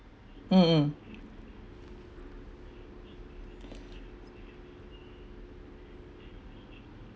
mmhmm